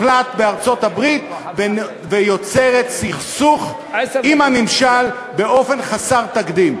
בארצות-הברית באופן מוחלט ויוצרת סכסוך עם הממשל באופן חסר תקדים.